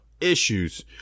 issues